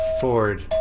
Ford